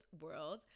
world